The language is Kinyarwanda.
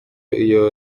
iyo